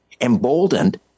emboldened